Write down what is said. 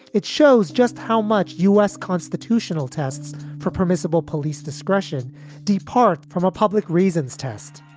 it shows just how much u s. constitutional tests for permissible police discretion depart from a public reasons test